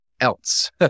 else